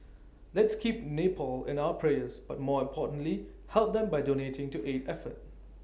let's keep Nepal in our prayers but more importantly help them by donating to aid effort